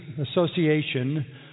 association